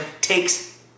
takes